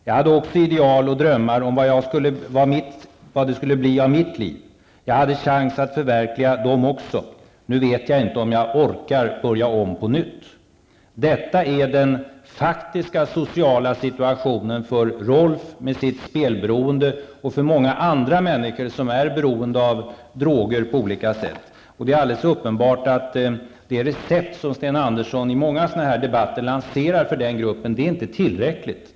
Jag hade också ideal och drömmar om vad det skulle bli av mitt liv. Jag hade chans att förverkliga dem också. Nu vet jag inte om jag orkar börja om på nytt. Detta är den faktiska sociala situationen för Rolf och hans spelberoende men även för många andra människor som på olika sätt är beroende av droger. Det är alldeles uppenbart att det recept som Sten Andersson lanserar för den här gruppen inte är tillräckligt.